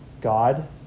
God